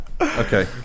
Okay